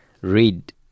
Read